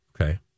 okay